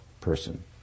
person